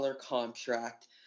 contract